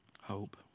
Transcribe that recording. hope